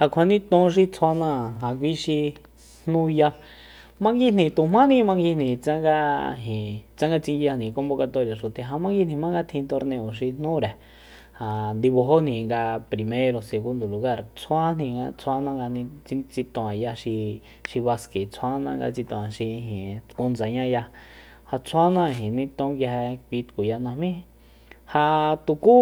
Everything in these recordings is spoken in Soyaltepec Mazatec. Ja kjua niton xi tsjuana'an ja kui xi jnuya manguijni tujmáni manguijni tsanga ijin tsanga tsinguiyajni konbokatoria xuta ja manguijni jmanga tjin torneo xi jnure ja ndibajojni nga primero segundo lugar tsjuajni tsjuana nga ni- tsiton'aya xi- xi baske tsjuana nga tsiton'a xi ijin tku ndsañáya ja tsjuana niton nguije kui tkuya najmí ja tuku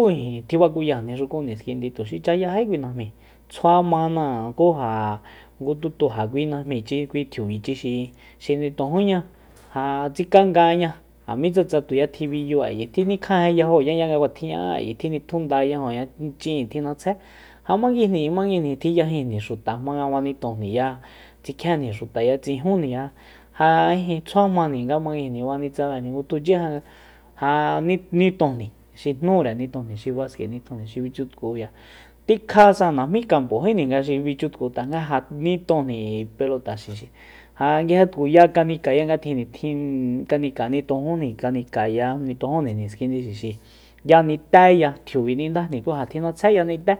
tjibakuyajni xuku niskindi tuxi chayají kui najmi tsjua mana'a ku ja ngu tutu ja kui najmichi kui chuchi xi nitojóña ja tsikangaña ja mitsanga tuya tjibiyu ayi tjinikjajen yajoñaya nga kua tjiña'a ayi tjinitjunda yajoña chi'in tjin'atsjé ja manguijni- mnguijni tji yajinjni xuta jmanga fanitonjniya tsikjienjni xutaya tsijunjniya ja ijin tsjua manjni nga manguijni manguitsabejni ngutjuchi ja- ja ni- nitonjni xi jnúre nitonjni xi baske nitonjni xi bichutkuya tikjasa najmí kampojíjni xi bichutku tanga ja nitonjni k'ui pelota xixi ja nguije tkuya kanikaya nga tjin nitjin kanikaya nutojunjni kanikaya nitojunjni niskindi xixi ya nitéya tjiub'i nindajni ku ja tjin'atsjé yanitée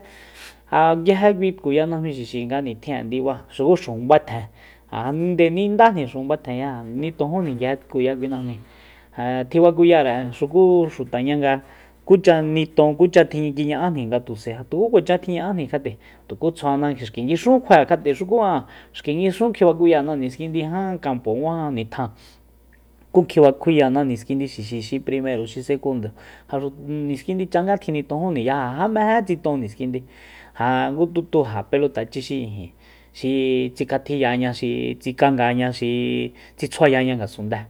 ja nguije kui tkuya najmi xixi nga nitjin'e ndiba xuku xujun faetjen ja nde nindajni xujun faetjenya nitonjujni nguije tkuya kui najmíi ja tjibakuyare xuku xutaña nga kucha niton kucha kiña'ájni nga tus'ae ku kuacha tjiña'ajni kjat'e tuku tjuana xki nguixún kjuae'an kjat'e xuku an xki nguixun kjibakuyana niskindi ja kampo nguaja nitjan ku kjibakuyana niskindi xixi xi primero xi segundo jaxu- niskindi changá tjinitojujniya ja jamejé tsiton niskindi ja ngu tutu ja pelotachi xi ijin xi tsikjatjiyaña xi tsikangaña xi tsitsjuayaña ngasundée